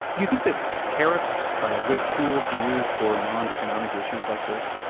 do you think that tariffs are a good tool to use for non-economic issues like this?